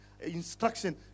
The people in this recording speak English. instruction